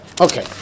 Okay